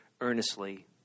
earnestly